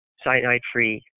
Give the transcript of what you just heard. cyanide-free